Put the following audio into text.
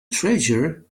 treasure